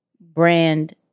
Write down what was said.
brand